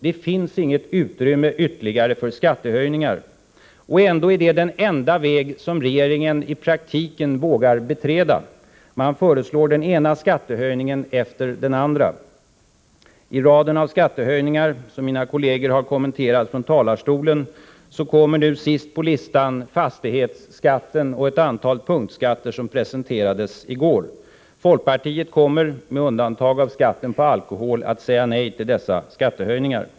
Det finns inget utrymme ytterligare för skattehöjningar. Ändå är det den enda väg som regeringen i praktiken vågar beträda. Man föreslår den ena skattehöjningen efter den andra. I raden av skattehöjningar, som mina kolleger har kommenterat från talarstolen, kommer nu senast på listan fastighetsskatten och ett antal punktskatter som presenterades i går. Folkpartiet kommer, med undantag för skatten på alkohol, att säga nej till dessa skattehöjningar.